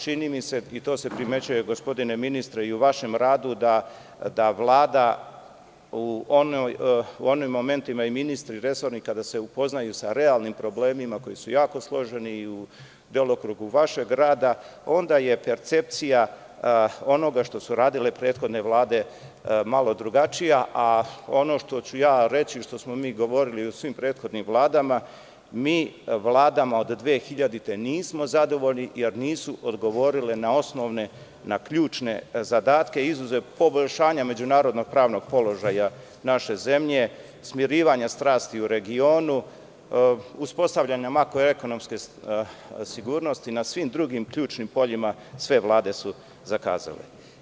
Čini mi se, i to se primećuje gospodine ministre i u vašem radu, da Vlada, u onim momentima i resorni ministri, kada se upoznaju sa realnim problemima koji su jako složeni i u delokrugu vašeg rada, onda je percepcija onoga što su radile prethodne vlade malo drugačija, a ono što ću ja reći, što smo mi govorili u svim prethodnim vladama, mi vladama od 2000. godine nismo zadovoljni jer nisu odgovorile na osnovne, na ključne zadatke, izuzev poboljšanja međunarodnog pravnog položaja naše zemlje, smirivanja strasti u regionu, uspostavljanja makro-ekonomske sigurnosti, na svim drugim ključnim poljima sve vlade su zakazale.